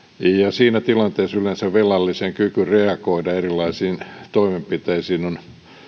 siinä tilanteessa yleensä velallisen kyky reagoida erilaisiin toimenpiteisiin on